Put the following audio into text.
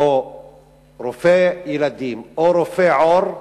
או רופא ילדים או רופא עור,